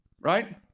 right